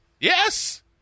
Yes